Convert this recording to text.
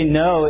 no